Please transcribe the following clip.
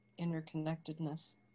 interconnectedness